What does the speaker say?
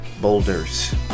boulders